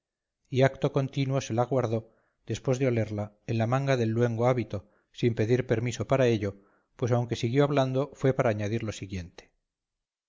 y acto continuo se la guardó después de olerla en la manga del luengo hábito sin pedir permiso para ello pues aunque siguió hablando fue para añadir lo siguiente